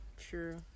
True